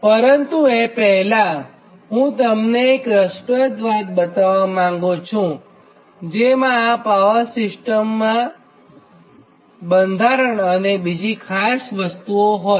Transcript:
પરંતુ એ પહેલ હું તમને એક રસપ્રદ વસ્તું બતાવ્વા માગું છુંજેમાં પાવર સિસ્ટમનાં બંધારણ અને બીજી ખાસ વસ્તુઓ હોય